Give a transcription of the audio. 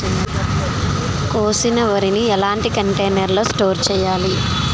కోసిన వరిని ఎలాంటి కంటైనర్ లో స్టోర్ చెయ్యాలి?